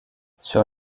sur